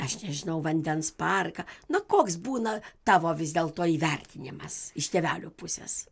aš nežinau vandens parką na koks būna tavo vis dėlto įvertinimas iš tėvelių pusės